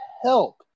help